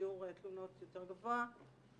שיעור תלונות יותר גבוה.